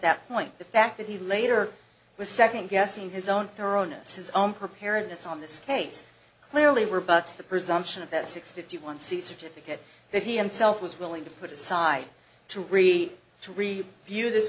that point the fact that he later was second guessing his own their own us his own preparedness on this case clearly rebuts the presumption of that six fifty one c certificate that he himself was willing to put aside to read to read view this